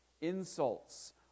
insults